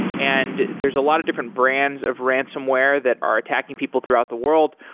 and there's a lot of different brands of ransomware that are attacking people throughout the world.